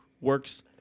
works